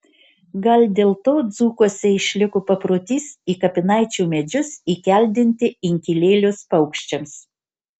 gal dėl to dzūkuose išliko paprotys į kapinaičių medžius įkeldinti inkilėlius paukščiams